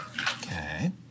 Okay